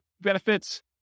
benefits